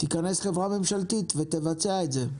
תיכנס חברה ממשלתית ותבצע את זה?